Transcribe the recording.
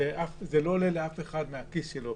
וזה לא עולה לאף אחד מהכיס שלו,